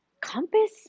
compass